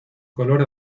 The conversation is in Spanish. color